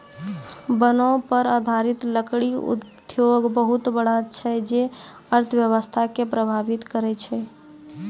वनो पर आधारित लकड़ी उद्योग बहुत बड़ा छै जे अर्थव्यवस्था के प्रभावित करै छै